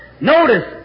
Notice